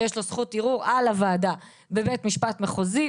ויש לו זכות ערעור על הוועדה בבית המשפט המחוזי.